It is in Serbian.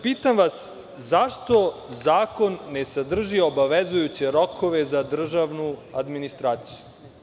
Pitam vas - zašto zakon ne sadrži obavezujuće rokove za državnu administraciju?